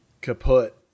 kaput